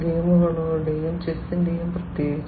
ഗെയിമുകളുടെയും ചെസ്സിന്റെയും പ്രത്യേകിച്ച്